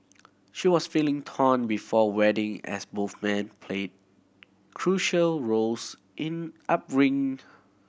she was feeling torn before wedding as both man played crucial roles in upbringing